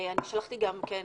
שלחתי על זה מכתב.